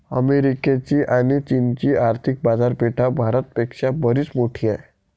अमेरिकेची आणी चीनची आर्थिक बाजारपेठा भारत पेक्षा बरीच मोठी आहेत